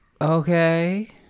Okay